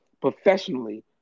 professionally